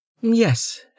Yes